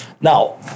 Now